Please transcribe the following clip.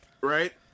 right